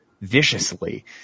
viciously